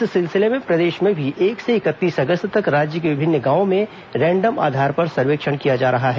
इस सिलसिले में प्रदेश में भी एक से इकतीस अगस्त तक राज्य के विभिन्न गांवों में रैंडम आधार पर सर्वेक्षण किया जा रहा है